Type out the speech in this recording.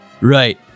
Right